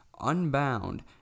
unbound